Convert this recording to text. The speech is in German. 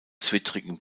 zwittrigen